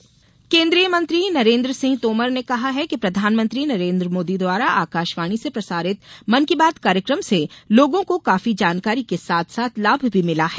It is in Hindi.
एफएम ट्रांसमीटर केन्द्रीय मंत्री नरेन्द्र सिंह तोमर ने कहा है कि प्रधानमंत्री नरेन्द्र मोदी द्वारा आकाशवाणी से प्रसारित मन की बात कार्यक्रम से लोगों को काफी जानकारी के साथ साथ लाभ भी मिला है